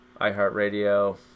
iHeartRadio